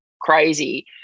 crazy